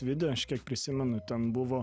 vidų aš kiek prisimenu ten buvo